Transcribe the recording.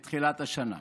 מתחילת השנה.